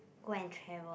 go and travel